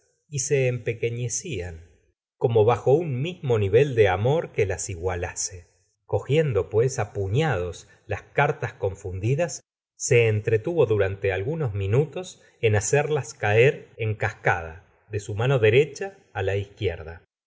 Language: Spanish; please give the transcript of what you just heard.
y se empequeñecían como bajo un mismo nivel de amor que las igualase cogiendo pues á puñados las cartas confundidas se entretuvo durante algunos minutos en hacerlas caer en cascada de su mano derecha á la